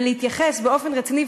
ולהתייחס באופן רציני,